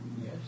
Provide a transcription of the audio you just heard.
Yes